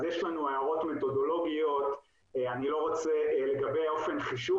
אז יש לנו הערות מתודולוגיות לגבי אופן חישוב